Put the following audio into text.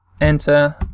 Enter